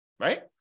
right